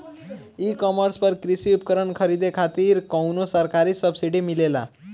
ई कॉमर्स पर कृषी उपकरण खरीदे खातिर कउनो सरकारी सब्सीडी मिलेला?